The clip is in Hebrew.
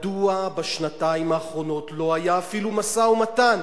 מדוע בשנתיים האחרונות לא היה אפילו משא-ומתן?